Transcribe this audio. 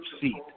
seat